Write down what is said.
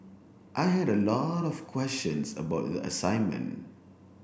I had a lot of questions about the assignment